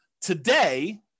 Today